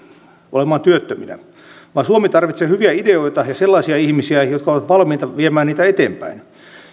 olemaan työttöminä vaan suomi tarvitsee hyviä ideoita ja sellaisia ihmisiä jotka ovat valmiita viemään niitä eteenpäin